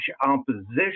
opposition